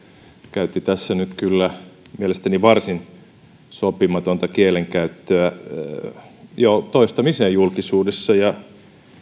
käytti tässä nyt kyllä mielestäni varsin sopimatonta kieltä jo toistamiseen julkisuudessa ja